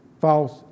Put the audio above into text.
false